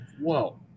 whoa